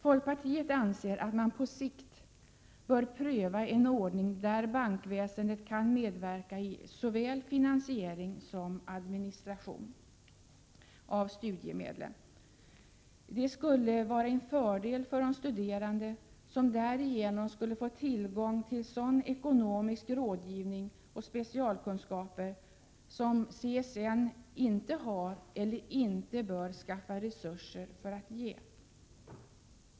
Folkpartiet anser, att man på sikt bör pröva en ordning där bankväsendet kan medverka i såväl finansiering som administration av studiemedlen. Detta skulle vara en fördel för de studerande, som därigenom skulle få tillgång till sådan ekonomisk rådgivning och specialkunskap som CSN inte har eller inte bör skaffa resurser för att ge.